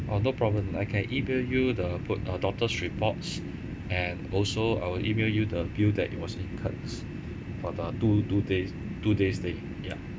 oh no problem I can E-mail you the put~ uh doctor's reports and also I will E-mail you the bill that it was incurred for the two two day two day stay ya